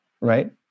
right